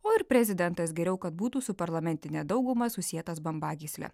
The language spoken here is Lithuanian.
o ir prezidentas geriau kad būtų su parlamentine dauguma susietas bambagysle